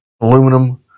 aluminum